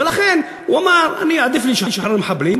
ולכן הוא אמר: עדיף לי לשחרר מחבלים,